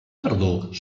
tardor